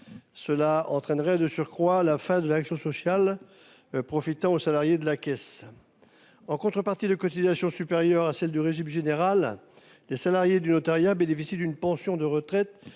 Cela entraînerait de surcroît la fin de l'action sociale profitant aux salariés de la caisse. En contrepartie de cotisations supérieures à celles du régime général, les salariés du notariat bénéficient d'une pension de retraite